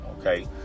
okay